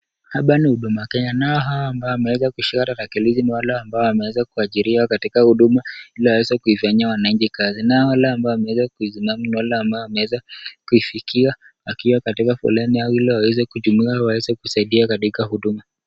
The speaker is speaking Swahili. Hapa ni huduma Kenya nao hao ambao wameweza kushika tarakilishi ni wale ambao wameweza kuajiriwa katika huduma ili waweze kuifanyia wananchi kazi. Nao wale ambao wameweza kusimama ni wale ambao wameweza kuifikiwa wakiwa katika foleni au ili waweze kujumuika waweze kusaidia katika huduma.